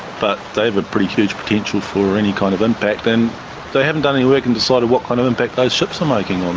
but they've a pretty huge potential for any kind of impact and they haven't done any work and decided what kind of impact those ships are making on